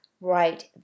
right